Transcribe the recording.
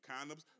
condoms